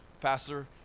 pastor